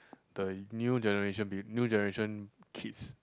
the new generation pe~ new generation kids